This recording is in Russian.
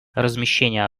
размещения